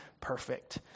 perfect